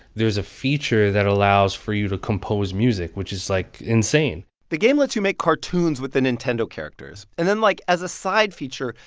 there a feature that allows for you to compose music, which is, like, insane the game lets you make cartoons with the nintendo characters. and then, like, as a side feature,